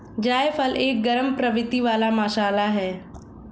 जायफल एक गरम प्रवृत्ति वाला मसाला है